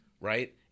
Right